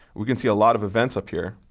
we can see a lot of events up here.